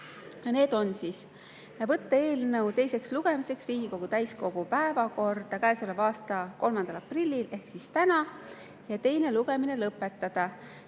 Need on: võtta eelnõu teiseks lugemiseks Riigikogu täiskogu päevakorda käesoleva aasta 3. aprillil ehk täna ja teine lugemine lõpetada,